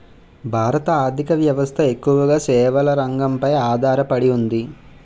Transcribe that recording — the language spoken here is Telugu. భారత ఆర్ధిక వ్యవస్థ ఎక్కువగా సేవల రంగంపై ఆధార పడి ఉంది